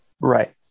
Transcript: Right